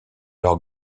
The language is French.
leur